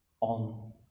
on